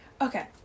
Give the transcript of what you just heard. Okay